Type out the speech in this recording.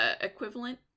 equivalent